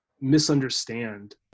misunderstand